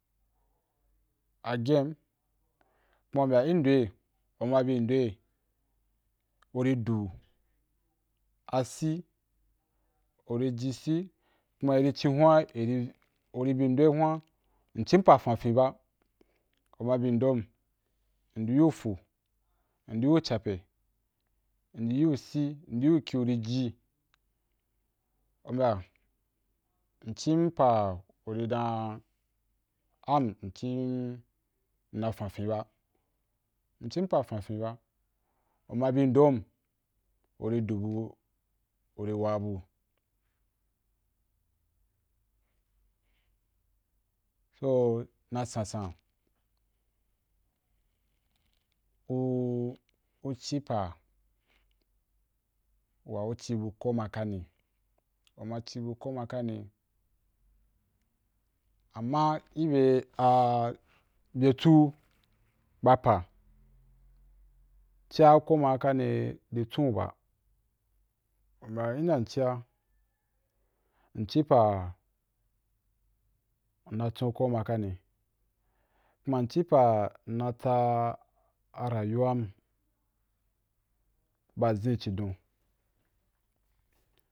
ku ma u bya i ndo’ a, u ma bi ndo’a uri do asi, uri ji si ku ma iri cì hwa’i iri, uri bi ndo hun’a, mci pa fafin ba u ma bindom, ndi yu fu, ndi yu chape, ndi yu si ndi yu ki uri ji, u bya mci pa uri dan am mci nna fafin ba, mci pa fafin ba, u ma bi dom urì do bu zun uri wa. So na sansan u ci pa wa u cí bu koma kani u ma ci bu ko mak ani ama i be byachu ba pa cia koma kani ri chon ba, u bya inda mcia mc pa nna chon kuma kani kuma mci pa nna tsa arayuwam ba hin xhidon